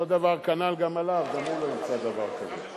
אותו דבר, כנ"ל גם עליו, גם הוא לא ימצא דבר כזה.